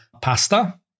pasta